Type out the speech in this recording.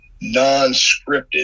non-scripted